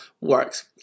works